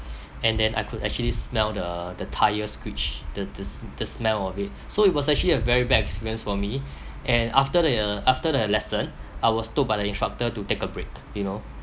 and then I could actually smell the the tire screeched the the s the smell of it so it was actually a very bad experience for me and after the uh after the lesson I was told by the instructor to take a break you know